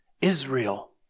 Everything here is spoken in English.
Israel